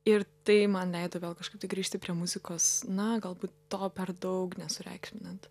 ir tai man leido vėl kažkaip tai grįžti prie muzikos na galbūt to per daug nesureikšminant